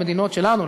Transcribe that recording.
למדינות שלנו,